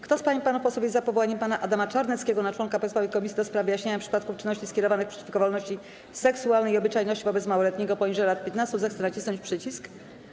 Kto z pań i panów posłów jest za powołaniem pana Adama Czarneckiego na członka Państwowej Komisji do spraw wyjaśniania przypadków czynności skierowanych przeciwko wolności seksualnej i obyczajności wobec małoletniego poniżej lat 15, zechce nacisnąć przycisk.